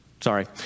Sorry